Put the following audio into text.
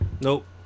Nope